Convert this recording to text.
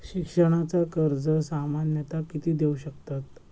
शिक्षणाचा कर्ज सामन्यता किती देऊ शकतत?